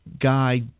guy